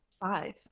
Five